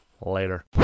Later